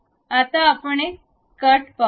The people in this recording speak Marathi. आता आपण एक कट पाहू या